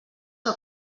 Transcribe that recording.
que